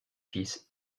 fils